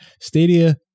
stadia